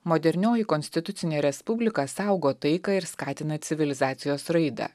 modernioji konstitucinė respublika saugo taiką ir skatina civilizacijos raidą